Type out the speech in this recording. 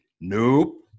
Nope